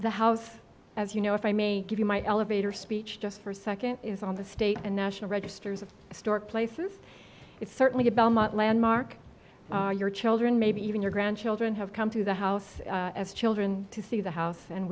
the house as you know if i may give you my elevator speech just for second is on the state and national registers of store places it's certainly a belmont landmark your children maybe even your grandchildren have come to the house of children to see the house and